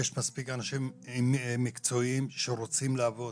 יש מספיק אנשים מקצועיים שרוצים לעבוד.